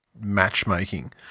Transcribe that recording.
matchmaking